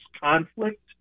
conflict